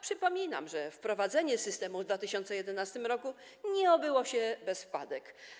Przypominam, że wprowadzenie systemu w 2011 r. nie obyło się bez wpadek.